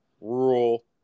rural